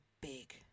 big